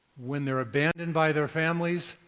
when they are abandoned by their families,